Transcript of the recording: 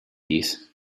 this